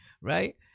right